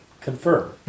confirm